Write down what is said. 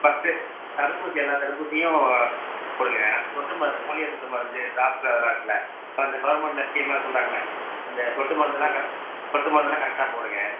first தடுப்பூசி எல்லா தடுப்பூசியும் போடுங்க அடுத்து சொட்டு மருந்து போலியோ சொட்டு மருந்து ட்ராப்ஸு அதெல்லாம் இருக்குதுல்ல இப்போ அந்த கவர்மெண்டில் ஸ்கீம்லாம் சொல்லுறாங்கள்ல அந்த சொட்டு மருந்தெலாம் கரெ சொட்டு மருந்தெலாம் கரெக்டாக போடுங்க